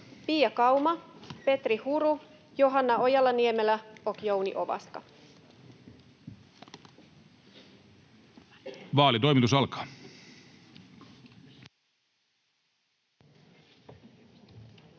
Pia Kauma, Petri Huru, Johanna Ojala-Niemelä ja Jouni Ovaska. [Speech 7] Speaker: